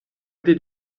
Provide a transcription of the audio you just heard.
did